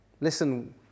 listen